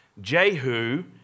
Jehu